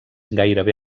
gairebé